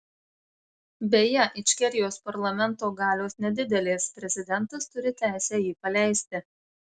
beje ičkerijos parlamento galios nedidelės prezidentas turi teisę jį paleisti